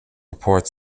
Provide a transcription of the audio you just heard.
report